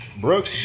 Brooke